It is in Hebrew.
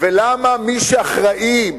ולמה מי שאחראים